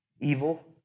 evil